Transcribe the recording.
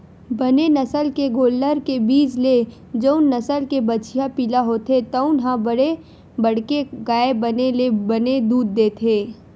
बने नसल के गोल्लर के बीज ले जउन नसल के बछिया पिला होथे तउन ह बड़े बाड़के गाय बने ले बने दूद देथे